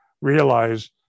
realize